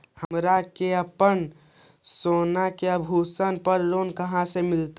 हमरा के अपना सोना के आभूषण पर लोन कहाँ से मिलत?